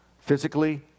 Physically